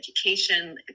education